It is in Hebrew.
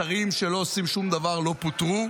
שרים שלא עושים שום דבר לא פוטרו,